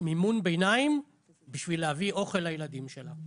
מימון ביניים בשביל להביא אוכל לילדים שלה.